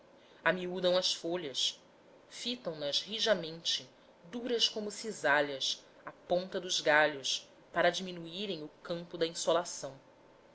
amiúdam as folhas fitam nas rijamente duras como cisalhas à ponta dos galhos para diminuírem o campo de insolação